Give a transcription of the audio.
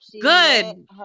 Good